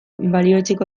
balioetsiko